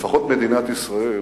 לפחות מדינת ישראל,